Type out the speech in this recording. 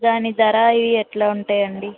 దాని ధర అవి ఎలా ఉంటాయండి